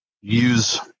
use